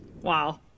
Wow